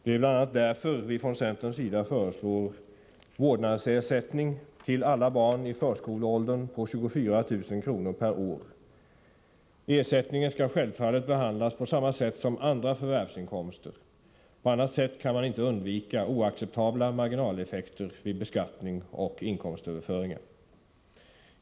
Det är bl.a. därför som vi från centerns sida föreslår en vårdnadsersättning för alla barn i förskoleåldern på 24 000 kr. per år. Ersättningen skall självfallet behandlas på samma sätt som andra förvärvsinkomster. På annat sätt kan man inte undvika oacceptabla marginaleffekter vid beskattning och inkomstöverföringar.